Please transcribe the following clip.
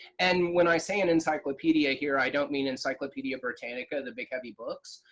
and when i say an encyclopedia here, i don't mean encyclopedia britannica, the big heavy books,